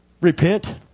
Repent